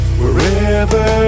wherever